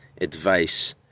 advice